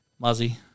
Muzzy